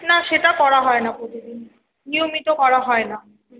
না সেটা করা হয় না প্রতিদিন নিয়মিত করা হয় না